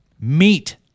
meat